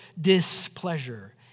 displeasure